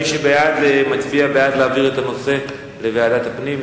מי שבעד מצביע בעד להעביר את הנושא לוועדת הפנים,